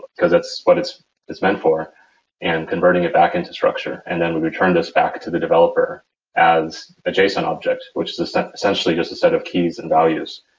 because that's what it's it's meant for and converting it back into structure and then return this back to the developer as a json object, which is essentially just a set of keys and values.